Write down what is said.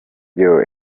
yooo